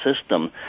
system